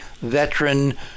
veteran